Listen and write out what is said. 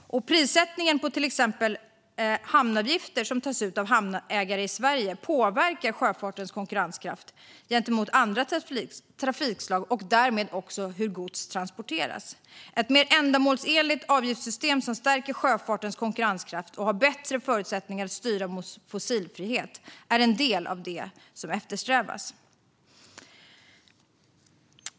Prissättningen på till exempel de hamnavgifter som tas ut av hamnägare i Sverige påverkar sjöfartens konkurrenskraft gentemot andra trafikslag och därmed hur gods transporteras. Ett mer ändamålsenligt avgiftssystem som stärker sjöfartens konkurrenskraft och har bättre förutsättningar att styra mot fossilfrihet är en del av det som eftersträvas.